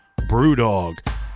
BrewDog